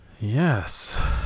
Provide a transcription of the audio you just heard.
Yes